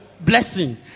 Blessing